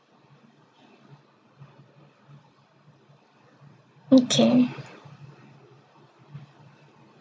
okay